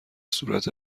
صورت